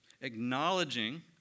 Acknowledging